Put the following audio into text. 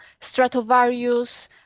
Stratovarius